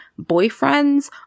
boyfriends